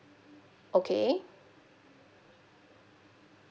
okay